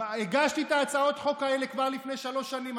הגשתי את הצעות חוק האלה כבר לפני שלוש שנים,